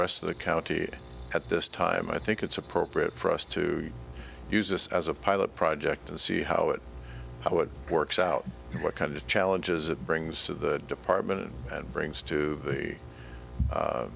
rest of the county at this time i think it's appropriate for us to use this as a pilot project and see how it works out and what kind of challenges it brings to the department and brings to the